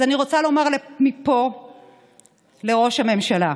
אז אני רוצה לומר מפה לראש הממשלה: